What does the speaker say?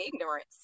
ignorance